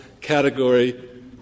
category